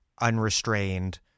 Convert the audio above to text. unrestrained